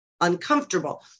uncomfortable